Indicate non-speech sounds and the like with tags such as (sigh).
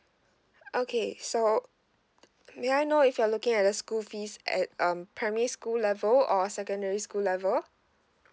(noise) okay so (noise) may I know if you are looking at the school fees at um primary school level or secondary school level